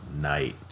night